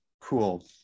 cool